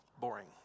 boring